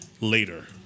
later